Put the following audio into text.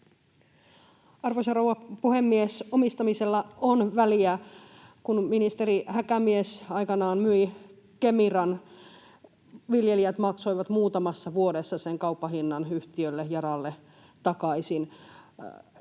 Arvoisa rouva puhemies! Omistamisella on väliä. Kun ministeri Häkämies aikanaan myi Kemiran, viljelijät maksoivat muutamassa vuodessa sen kauppahinnan yhtiölle, Yaralle, takaisin.